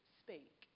speak